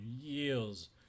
years